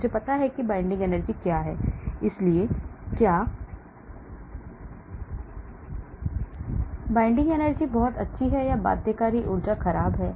मुझे पता है कि binding energy क्या है इसलिए क्या binding energy बहुत अच्छी है या बाध्यकारी ऊर्जा खराब है